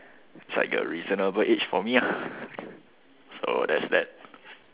which like a reasonable age for me lah so there's that